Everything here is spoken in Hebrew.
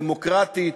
דמוקרטית,